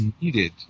needed